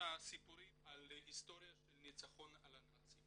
הסיפורים על ההיסטוריה של הניצחון על הנאצים